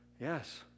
Yes